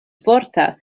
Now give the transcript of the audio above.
forta